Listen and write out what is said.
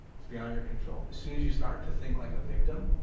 it's beyond your control. as soon as you start to think like a victim,